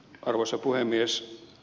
arvoisa puhemies